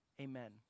Amen